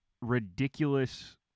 ridiculous